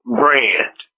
brand